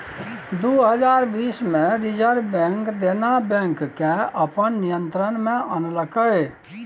दु हजार बीस मे रिजर्ब बैंक देना बैंक केँ अपन नियंत्रण मे आनलकै